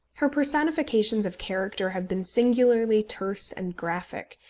her personifications of character have been singularly terse and graphic,